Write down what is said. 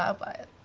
ah buy it.